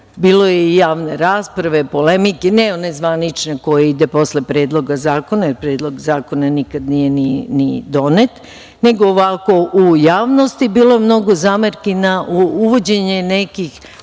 Bilo je i javne rasprave, polemike, ali ne one zvanične, koja ide posle predloga zakona, jer predlog zakona nikad nije ni donet, nego ovako, u javnosti. Bilo je mnogo zamerki na uvođenje nekih